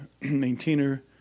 maintainer